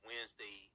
Wednesday